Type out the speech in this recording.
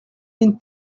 mine